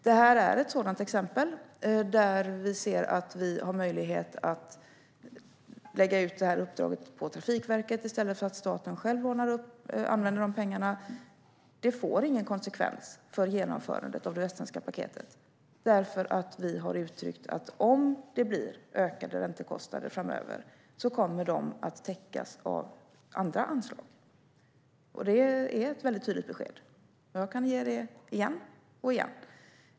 Det här är ett sådant exempel där vi ser att vi har möjlighet att lägga ut uppdraget på Trafikverket i stället för att staten själv lånar upp och använder de pengarna. Det får ingen konsekvens för genomförandet av Västsvenska paketet, för vi har uttryckt att om det blir ökade räntekostnader framöver så kommer de att täckas av andra anslag. Det är ett väldigt tydligt besked. Jag kan ge det igen och igen.